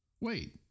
Wait